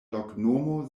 loknomo